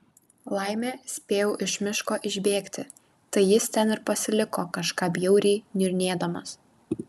laimė spėjau iš miško išbėgti tai jis ten ir pasiliko kažką bjauriai niurnėdamas